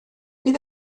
bydd